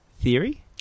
theory